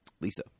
Lisa